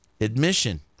Admission